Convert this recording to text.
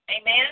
Amen